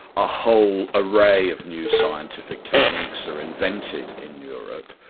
a whole array of new scientific techniques are invented in europe,